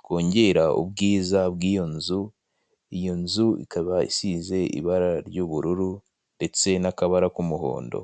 twongera ubwiza bw'iyo nzu, iyo nzu ikaba isize ibara ry'ubururu ndetse n'akabara k'umuhondo.